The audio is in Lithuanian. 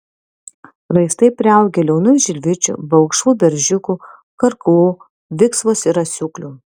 raistai priaugę liaunų žilvičių balkšvų beržiukų karklų viksvos ir asiūklių